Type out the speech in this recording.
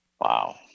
Wow